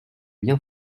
bien